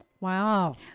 Wow